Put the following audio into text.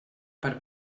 per